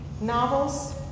novels